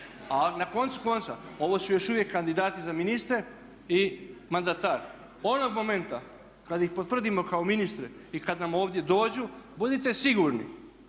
A na koncu konca ovo su još uvijek kandidati za ministre i mandatar. Onog momenta kad ih potvrdimo kao ministre i kad nam ovdje dođu budite sigurni